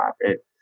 profit